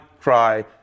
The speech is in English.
cry